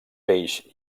peix